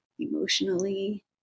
emotionally